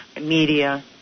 media